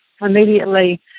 immediately